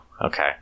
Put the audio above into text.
Okay